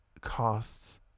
costs